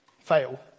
fail